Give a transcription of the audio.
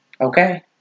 Okay